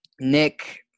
Nick